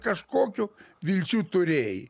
kažkokių vilčių turėjai